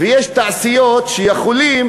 תעשיות, שיכולים